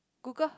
Google